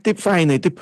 taip fainai taip